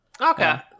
Okay